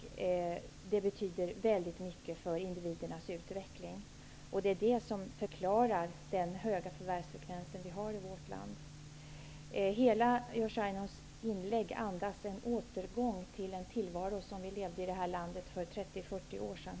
Det betyder väldigt mycket för individernas utveckling. Det är detta som förklarar den höga förvärvsfrekvens vi har i vårt land. Jerzy Einhorns hela inlägg andas en återgång till en tillvaro som vi hade i landet för 30 eller 40 år sedan.